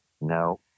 No